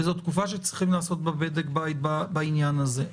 וזו תקופה שצריכים לעשות בה בדק בית בעניין הזה.